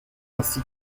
ainsi